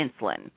insulin